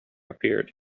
appeared